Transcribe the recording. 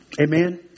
Amen